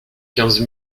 quinze